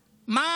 ידע?